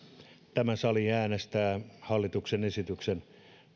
tämä sali äänestää hallituksen esityksen